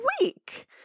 week